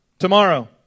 Tomorrow